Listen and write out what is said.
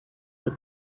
with